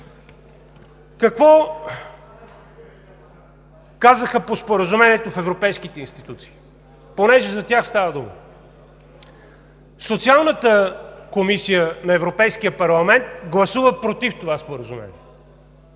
Какво казаха по Споразумението в европейските институции, понеже за тях става дума? Социалната комисия на Европейския парламент гласува против това споразумение,